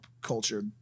culture